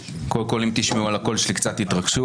קודם כל, אתם יכולים לשמוע בקול שלי קצת התרגשות.